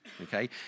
okay